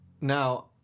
Now